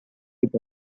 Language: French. est